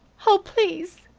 oh, please,